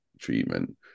treatment